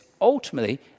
ultimately